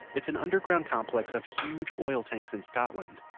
it's an underground complex of huge oil tanks in scotland.